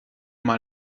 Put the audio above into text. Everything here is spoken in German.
mal